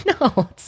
no